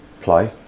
play